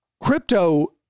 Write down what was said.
crypto